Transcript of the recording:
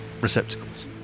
receptacles